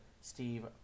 Steve